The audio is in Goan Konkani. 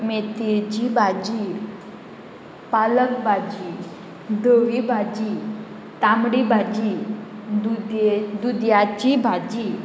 मेथयेची भाजी पालक भाजी धवी भाजी तांबडी भाजी दुदये दुदयाची भाजी